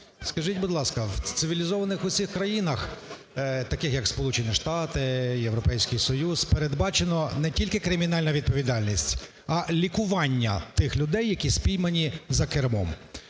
Скажіть, будь ласка, в цивілізованих усіх країнах, таких як Сполучені Штати, Європейський Союз, передбачено не тільки кримінальна відповідальність, а лікування тих людей, які спіймані за кермом.